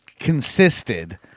consisted